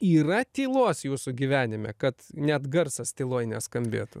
yra tylos jūsų gyvenime kad net garsas tyloj neskambėtų